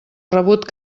rebut